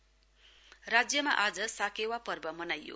साकेवा राज्यमा आज साकेवा पर्व मनाइयो